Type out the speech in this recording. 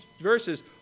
verses